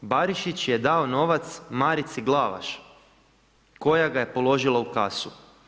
Barišić je dao novac Marici Glavaš koja ga je položila u kasu.